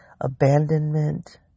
abandonment